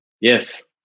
Yes